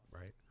right